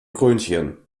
krönchen